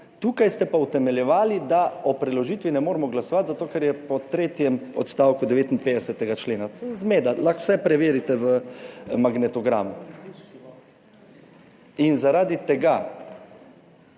tukaj ste pa utemeljevali, da o preložitvi ne moremo glasovati zato, ker je po tretjem odstavku 59. člena. Zmeda. Lahko vse preverite v magnetogramu! In zaradi tega,